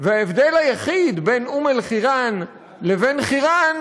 וההבדל היחיד בין אום-אלחיראן לבין חירן